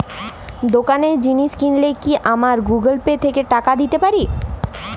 দোকানে জিনিস কিনলে কি আমার গুগল পে থেকে টাকা দিতে পারি?